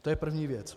To je první věc.